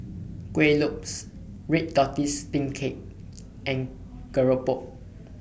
Kueh Lopes Red Tortoise Steamed Cake and Keropok